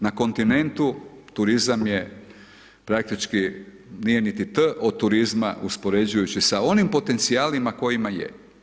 Na kontinentu, turizam je, praktički nije niti t od turizma uspoređujući sa onim potencijalima kojima je.